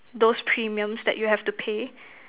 those premiums that you have to pay